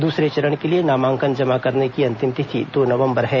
दूसरे चरण के लिए नामांकन जमा करने की अंतिम तिथि दो नवंबर है